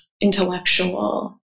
intellectual